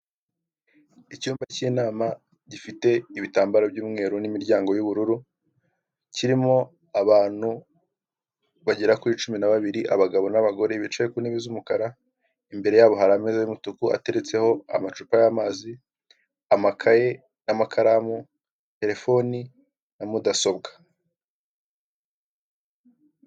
Ni icyapa kinini kigaragaza ko ari aho bagororera abakoze ibyaha. Urugi rufunze imbere harimo abashinzwe kurinda umutekano w'abagororwa babereka uburyo bwiza bagomba kwitwara.